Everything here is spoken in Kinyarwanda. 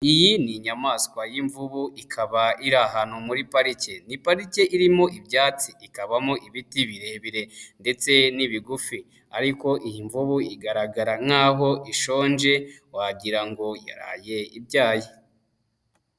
Iyi ni inyamaswa y'imvubu ikaba iri ahantu muri parike. Ni parike irimo ibyatsi, ikabamo ibiti birebire ndetse n'ibigufi ariko iyi mvubu igaragara nkaho ishonje wagira ngo yaraye ibyaye.